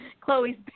Chloe's